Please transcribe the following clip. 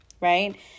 right